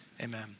amen